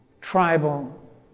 tribal